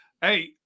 Hey